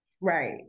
Right